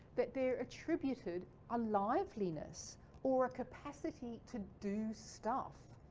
that they're attributed a liveliness or a capacity to do stuff.